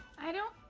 i don't